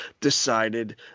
decided